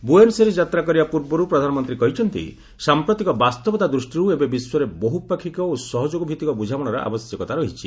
Buenos Aires ଯାତ୍ରା କରିବା ପୂର୍ବରୁ ପ୍ରଧାନମନ୍ତ୍ରୀ କହିଛନ୍ତି ସାମ୍ପ୍ରତିକ ବାସ୍ତବତା ଦୃଷ୍ଟିରୁ ଏବେ ବିଶ୍ୱରେ ବହୁପାକ୍ଷିକ ଓ ସହଯୋଗଭିତ୍ତିକ ବୃଝାମଣାର ଆବଶ୍ୟକତା ରହିଛି